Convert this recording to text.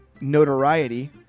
notoriety